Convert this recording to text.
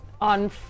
on